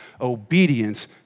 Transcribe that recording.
obedience